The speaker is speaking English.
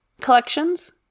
collections